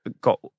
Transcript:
got